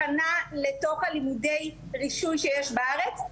הכנה לתוך הלימודי רישוי שיש בארץ.